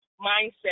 mindset